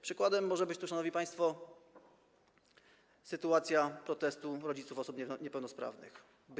Przykładem może być tu, szanowni państwo, sytuacja protestu rodziców osób niepełnosprawnych.